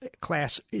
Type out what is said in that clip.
class